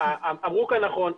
אמרו כאן נכון,